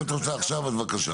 ההצעה הזו לא התקבלה.